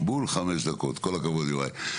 בול 5 דקות כל הכבוד יוראי,